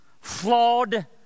flawed